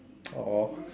!aww!